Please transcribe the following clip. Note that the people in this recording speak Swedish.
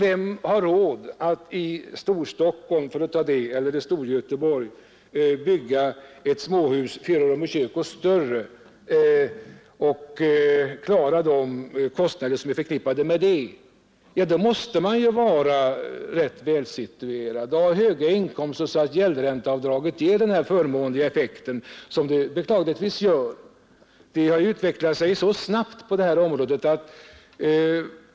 Vem har råd att i Storstockholm eller i Storgöteborg bygga ett småhus på fyra rum och kök eller större och klara de kostnader som är förknippade med det? Då 43 är det bra om man är välsituerad, ha höga inkomster, så att gäldränteavdraget ger den förmånliga effekt som det beklagligtvis gör. Utvecklingen har gått snabbt på det här området.